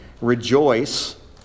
rejoice